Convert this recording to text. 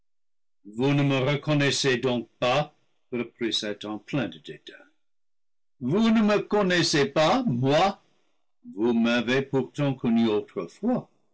vous ne me reconnaissez donc pas reprit satan plein de dédain vous ne me connaissez pas moi vous m'avez pour tant connu autrefois